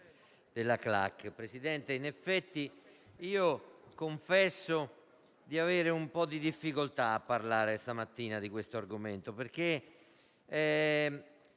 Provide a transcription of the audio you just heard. Grazie